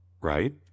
Right